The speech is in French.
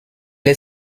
est